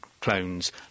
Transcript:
clones